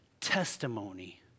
testimony